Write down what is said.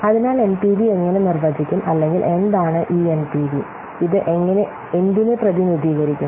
അതിനാൽ എൻപിവി എങ്ങനെ നിർവചിക്കും അല്ലെങ്കിൽ എന്താണ് ഈ എൻപിവി ഇത് എന്തിനെ പ്രതിനിധീകരിക്കുന്നു